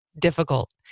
difficult